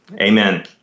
Amen